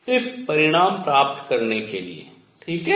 सिर्फ परिणाम प्राप्त करने के लिए ठीक है